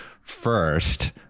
first